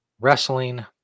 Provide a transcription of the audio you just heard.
Wrestling